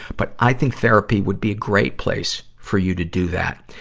but i think therapy would be a great place for you to do that.